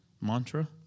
mantra